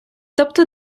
тобто